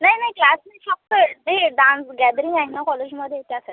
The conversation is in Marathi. नाही नाही क्लास नाही फक्त जे डान्स गॅदरिंग आहे ना कॉलेजमध्ये त्यासाठी